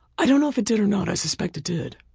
i don't know if it did or not. i suspect it did.